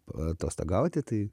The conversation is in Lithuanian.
paatostogauti tai